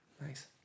Nice